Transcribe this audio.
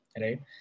right